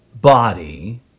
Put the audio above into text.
body